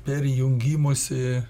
per jungimosi